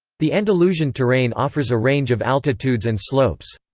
the andalusian terrain offers a range of altitudes and slopes.